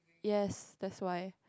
yes that's why